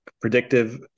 Predictive